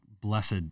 blessed